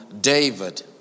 David